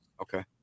Okay